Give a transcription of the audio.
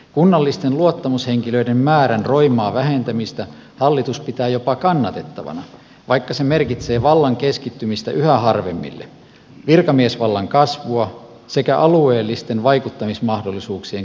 kunnallisten luottamushenkilöiden määrän roimaa vähentämistä hallitus pitää jopa kannatettavana vaikka se merkitsee vallan keskittymistä yhä harvemmille virkamiesvallan kasvua sekä alueellisten vaikuttamismahdollisuuksien kaventumista